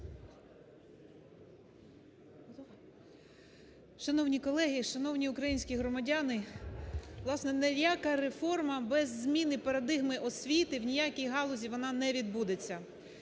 Шановні колеги, шановні українські громадяни! Власне, ніяка реформа без зміни парадигми освіти ні в якій галузі вона не відбудеться.